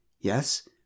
Yes